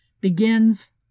begins